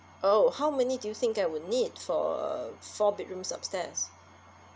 oh how many do you think I would need for uh four bedrooms upstairs